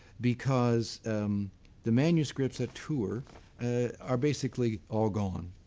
because the manuscripts at tours are basically all gone,